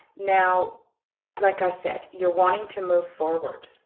now like i said you're wanting to move forward